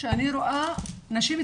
כשאני רואה נשים צעירות,